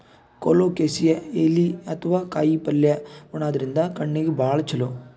colocasia ಎಲಿ ಅಥವಾ ಕಾಯಿಪಲ್ಯ ಉಣಾದ್ರಿನ್ದ ಕಣ್ಣಿಗ್ ಭಾಳ್ ಛಲೋ